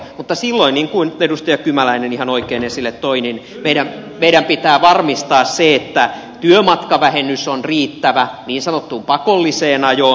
mutta silloin niin kuin edustaja kymäläinen ihan oikein esille toi meidän pitää varmistaa se että työmatkavähennys on riittävä niin sanottuun pakolliseen ajoon